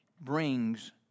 brings